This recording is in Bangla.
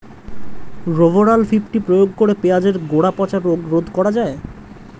রোভরাল ফিফটি প্রয়োগ করে পেঁয়াজের গোড়া পচা রোগ রোধ করা যায়?